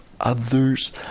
others